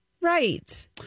right